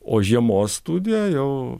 o žiemos studija jau